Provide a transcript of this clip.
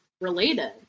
related